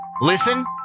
Listen